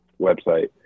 website